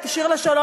את "שיר לשלום".